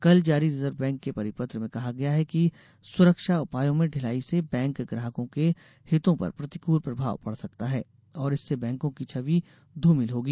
कल जारी Reserve Bank के परिपत्र में कहा गया है कि सुरक्षा उपायों में ढिलाई से बैंक ग्राहकों के हितों पर प्रतिकल प्रभाव पड़ सकता है और इससे बैंकों की छवि ध्रमिल होगी